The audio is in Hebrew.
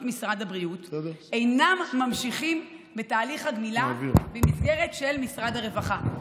משרד הבריאות אינם ממשיכים בתהליך הגמילה במסגרת של משרד הרווחה,